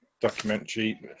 documentary